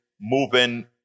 moving